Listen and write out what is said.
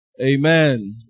Amen